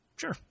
sure